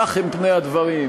כך הם פני הדברים,